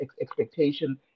expectation